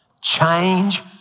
Change